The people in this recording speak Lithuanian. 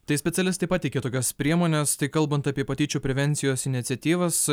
tai specialistai pateikia tokias priemones tai kalbant apie patyčių prevencijos iniciatyvas